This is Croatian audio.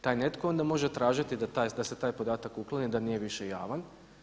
Taj netko onda može tražiti da se taj podatak ukloni, da nije više javan.